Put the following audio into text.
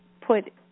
put